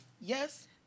Yes